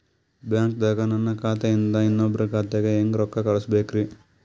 ಬ್ಯಾಂಕ್ದಾಗ ನನ್ ಖಾತೆ ಇಂದ ಇನ್ನೊಬ್ರ ಖಾತೆಗೆ ಹೆಂಗ್ ರೊಕ್ಕ ಕಳಸಬೇಕ್ರಿ?